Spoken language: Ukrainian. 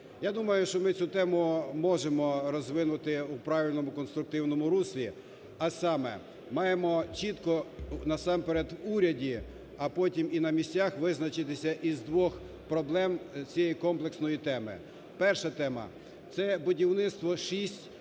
Я думаю, що ми цю тему можемо розвинути у правильному конструктивному руслі, а саме: маємо чітко насамперед в уряді, а потім і на місцях визначитися із двох проблем цієї комплексної теми. Перша тема – це будівництво 6